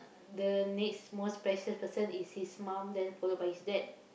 the next most special person is his mum then followed by his dad